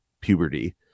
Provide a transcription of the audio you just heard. puberty